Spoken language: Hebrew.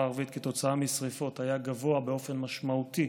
הערבית כתוצאה משרפות היה גבוה באופן משמעותי